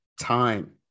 time